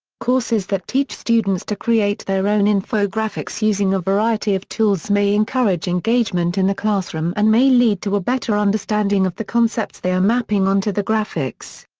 courses that teach students to create their own infographics using a variety of tools may encourage engagement in the classroom and may lead to a better understanding of the concepts they are mapping onto the graphics.